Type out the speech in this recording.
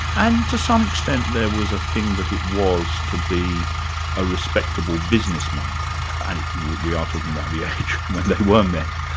and to some extent there was a thing that it was to be a respectable businessman. and we are talking about the age when they were men.